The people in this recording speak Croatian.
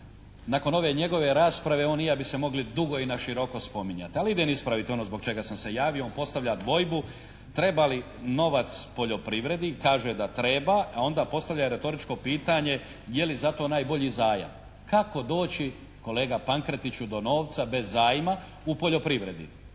nakon ove njegove rasprave on i ja bi se mogli dugo i naširoko spominjati. Ali idem ispraviti ono zbog čega sam se javio. On postavlja dvojbu treba li novac poljoprivredi? Kaže da treba. A onda postavlja retoričko pitanje je li za to najbolji zajam? Kako doći kolega Pankretiću do novca bez zajma u poljoprivredi?